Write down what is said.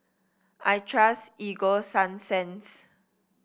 I trust Ego Sunsense